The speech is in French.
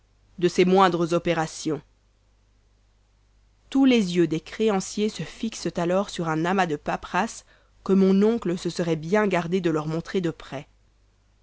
de ses moindres opérations tous les yeux des créanciers se fixent alors sur un amas de paperasses que mon oncle se serait bien gardé de leur montrer de près